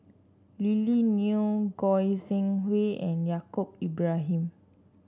Lily Neo Goi Seng Hui and Yaacob Ibrahim